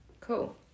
Cool